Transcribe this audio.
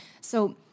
So-